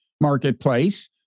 marketplace